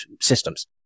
systems